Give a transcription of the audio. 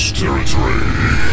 territory